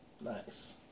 Nice